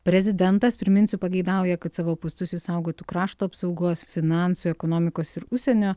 prezidentas priminsiu pageidauja kad savo postus išsaugotų krašto apsaugos finansų ekonomikos ir užsienio